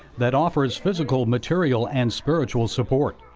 that offers physical, material, and spiritual support.